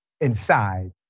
inside